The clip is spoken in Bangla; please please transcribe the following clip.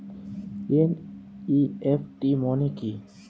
এন.ই.এফ.টি মনে কি?